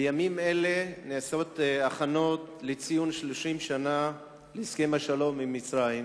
בימים אלה נעשות הכנות לציון 30 שנה להסכם השלום עם מצרים,